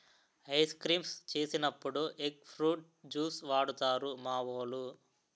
ice creams చేసినప్పుడు egg fruit juice వాడుతారు మావోలు